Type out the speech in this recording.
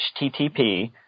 HTTP